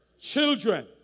children